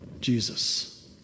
Jesus